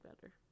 better